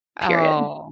Period